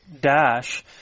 dash